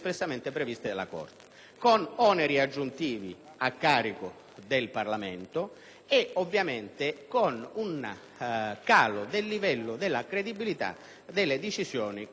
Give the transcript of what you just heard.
oneri aggiuntivi a carico del Parlamento e ovviamente un calo del livello della credibilità delle decisioni che noi assumiamo.